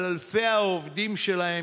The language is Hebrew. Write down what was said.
על אלפי העובדים שלהם,